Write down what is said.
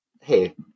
Hey